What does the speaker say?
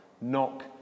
knock